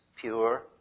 pure